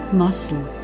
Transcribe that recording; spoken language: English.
muscle